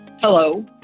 Hello